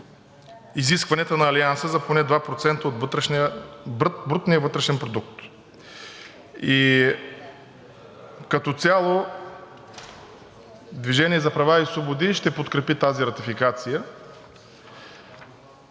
изискванията на Алианса за поне 2% от брутния вътрешен продукт. Като цяло „Движение за права и свободи“ ще подкрепи тази ратификация.